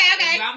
okay